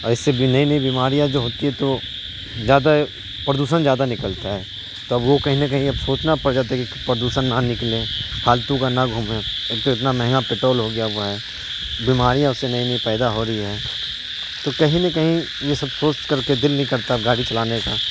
اور اس سے بھی نئی نئی بیماریاں جو ہوتی ہے تو زیادہ پردوشن زیادہ نکلتا ہے تو اب وہ کہیں نہ کہیں اب سوچنا پڑ جاتا ہے کہ پردوشن نہ نکلے پھالتو کا نہ گھومیں ایک تو اتنا مہنگا پیٹرول ہو گیا ہوا ہے بیماریاں اس سے نئی نئی پیدا ہو رہی ہیں تو کہیں نہ کہیں یہ سب سوچ کر کے دل نہیں کرتا گاڑی چلانے کا